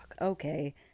okay